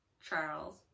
Charles